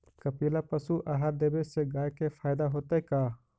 कपिला पशु आहार देवे से गाय के फायदा होतै का?